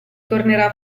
tornerà